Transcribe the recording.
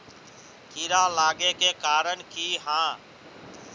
कीड़ा लागे के कारण की हाँ?